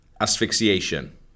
Asphyxiation